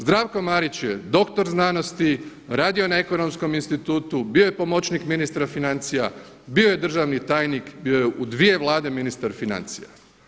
Zdravko Marić je dr. znanosti, radio na Ekonomskom institutu, bio je pomoćnik ministra financija, bio je državni tajnik, bio je u dvije Vlade ministar financija.